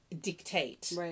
dictate